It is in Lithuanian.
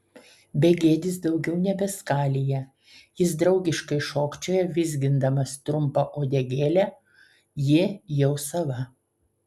begėdis daugiau nebeskalija jis draugiškai šokčioja vizgindamas trumpą uodegėlę ji jau sava